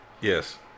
Yes